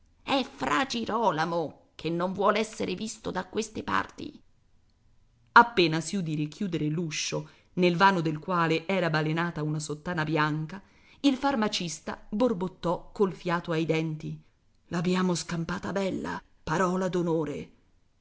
è fra girolamo che non vuol esser visto da queste parti appena si udì richiudere l'uscio nel vano del quale era balenata una sottana bianca il farmacista borbottò col fiato ai denti l'abbiamo scappata bella parola